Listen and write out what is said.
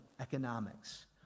economics